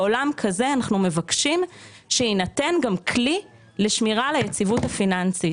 בעולם כזה אנחנו מבקשים שיינתן גם כלי לשמירה על היציבות הפיסקלית